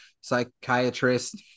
psychiatrist